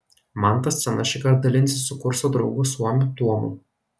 mantas scena šįkart dalinsis su kurso draugu suomiu tuomu